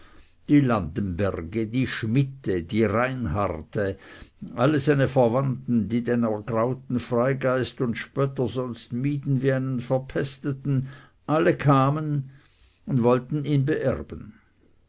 die schmidte die reinharte alle seine verwandten die den ergrauten freigeist und spötter sonst mieden wie einen verpesteten alle kamen und wollten ihn beerben